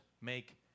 make